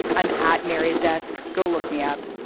i'm at mary's desk. go look me up.